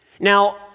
Now